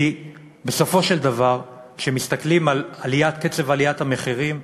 כי בסופו של דבר, כשמסתכלים על קצב עליית המחירים,